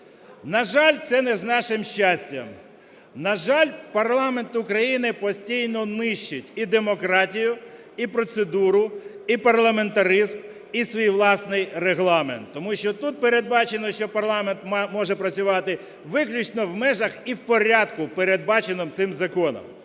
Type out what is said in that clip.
На жаль, це не з нашим щастям. На жаль, парламент України постійно нищить і демократію, і процедуру, і парламентаризм і свій власний Регламент. Тому що тут передбачено, що парламент може працювати виключно в межах і в порядку, передбаченому цим законом.